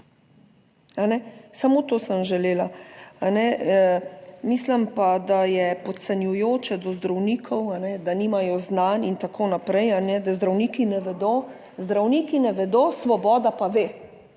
Samo to sem želela, a ne? Mislim pa, da je podcenjujoče do zdravnikov, da nimajo znanj in tako naprej, da zdravniki ne vedo. Zdravniki ne